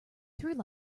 through